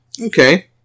Okay